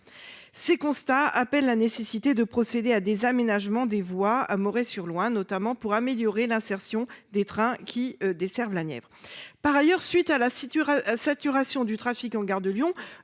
Ces constats appellent la nécessité de procéder à des aménagements des voies à Moret-sur-Loing, notamment pour améliorer l'insertion des trains qui desservent la Nièvre. Par ailleurs, suite à la Citura saturation du trafic en gare de Lyon